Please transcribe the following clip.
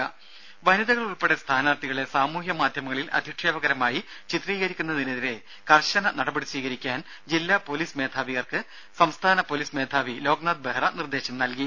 രംഭ വനിതകൾ ഉൾപ്പെടെ സ്ഥാനാർഥികളെ സാമൂഹ്യ മാധ്യമങ്ങളിൽ അധിക്ഷേപകരമായി ചിത്രീകരിക്കുന്നതിനെതിരെ കർശന നടപടി സ്വീകരിക്കാൻ ജില്ലാ പൊലീസ് മേധാവിമാർക്ക് സംസ്ഥാന പൊലീസ് മേധാവി ലോക് നാഥ് ബെഹ്റ നിർദ്ദേശം നൽകി